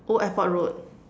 old-airport-road